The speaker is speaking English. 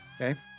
Okay